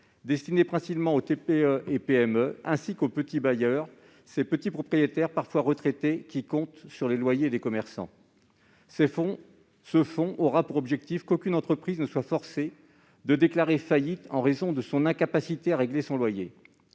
destiné principalement aux TPE et PME ainsi qu'aux petits bailleurs, ces petits propriétaires, parfois retraités, qui comptent sur les loyers des commerçants. Ce fonds aura pour objectif qu'aucune entreprise ne soit forcée de déclarer faillite en raison de son incapacité à régler son loyer.